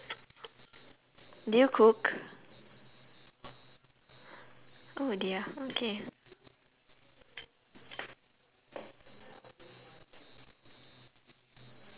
do you cook oh dear okay